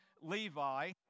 Levi